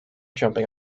jumping